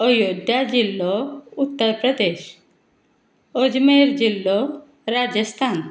अयोध्या जिल्लो उत्तर प्रदेश अजमेर जिल्लो राजस्थान